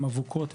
אבוקות,